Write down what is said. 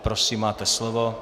Prosím, máte slovo.